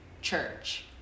church